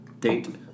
Date